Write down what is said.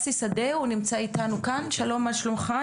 ששי שדה הוא נמצא איתנו כאן, שלום מה שלומך?